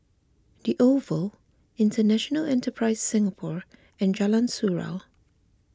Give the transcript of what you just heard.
the Oval International Enterprise Singapore and Jalan Surau